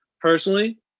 personally